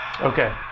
Okay